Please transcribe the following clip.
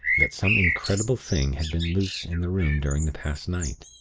that some incredible thing had been loose in the room during the past night.